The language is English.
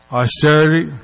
austerity